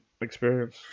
Experience